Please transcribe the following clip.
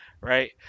right